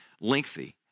lengthy